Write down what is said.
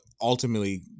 ultimately